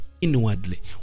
inwardly